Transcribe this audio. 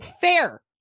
fair